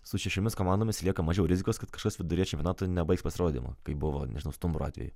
su šešiomis komandomis lieka mažiau rizikos kad kažkas viduryje čempionato nebaigs pasirodymo kaip buvo nežinau stumbro atveju